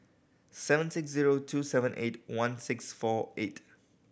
seven six zero two seven eight one six four eight